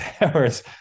hours